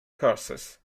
curses